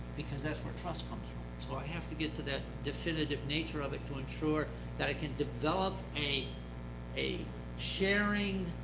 because that's where trust comes from. so i have to get to that definitive nature of it to ensure that i can develop a a sharing